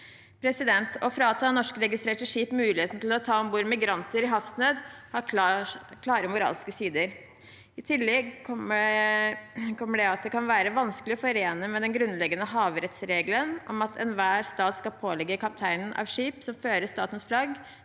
flagg. Å frata norskregistrerte skip muligheten til å ta om bord migranter i havsnød har klare moralske sider. I tillegg kommer at det kan være vanskelig å forene med den grunnleggende havrettsregelen om at enhver stat skal pålegge kapteinen på skip som fører statens flagg,